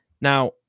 Now